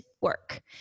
work